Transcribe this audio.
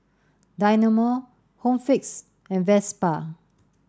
Dynamo Home Fix and Vespa